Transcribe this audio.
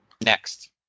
next